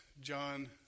John